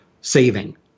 saving